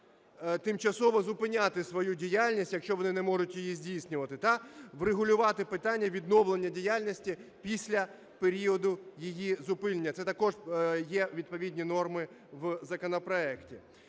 тимчасово зупиняти свою діяльність, якщо вони не можуть її здійснювати, та врегулювати питання відновлення діяльності після періоду її зупинення. Це також є відповідні норми в законопроекті.